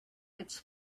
its